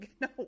No